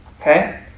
Okay